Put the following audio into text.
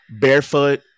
barefoot